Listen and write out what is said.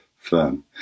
firm